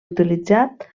utilitzat